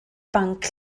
banc